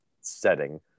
setting